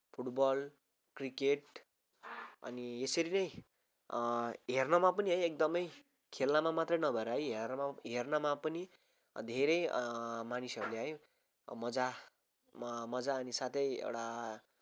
football cricket अनि यसरी नै हेर्नमा पनि एकदमै खेल्नमा मात्रै नभएर है हेर्न हेर्नमा पनि धेरै मानिसहरूले है अब मजा मजा अनि साथै एउटा